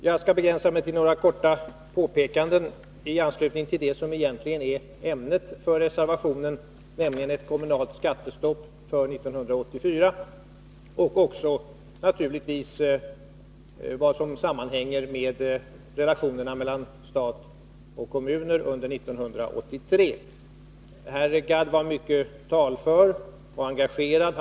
Jag skall begränsa mig till några korta påpekanden i anslutning till det som egentligen är ämnet för reservationen, nämligen ett kommunalt skattestopp för 1984 och också naturligtvis relationerna mellan stat och kommuner under 1983. Herr Gadd var mycket talför och engagerad.